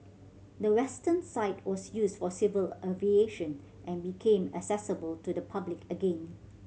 the western side was used for civil aviation and became accessible to the public again